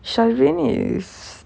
syarini is